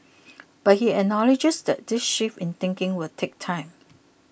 but he acknowledges that this shift in thinking will take time